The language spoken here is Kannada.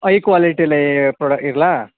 ಹೈ ಕ್ವಾಲಿಟಿಲೀ ಪ್ರಾಡಕ್ಟ್ ಇರಲಾ